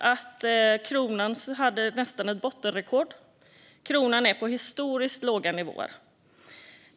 att kronan i natt nästan hade slagit bottenrekord. Kronan är på historiskt låga nivåer.